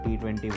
T20